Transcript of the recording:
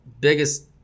Biggest